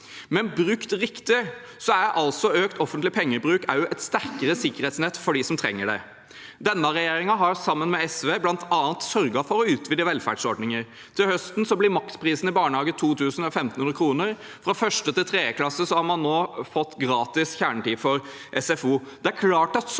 men brukt riktig betyr økt offentlig pengebruk et sterkere sikkerhetsnett for dem som trenger det. Denne regjeringen har sammen med SV bl.a. sørget for å utvide velferdsordninger. Til høsten blir maksprisen i barnehage 2 000 kr eller 1 500 kr. Fra 1. til 3. klasse har man nå fått gratis kjernetid for SFO.